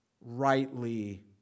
rightly